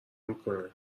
میکنن